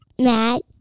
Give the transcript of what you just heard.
Matt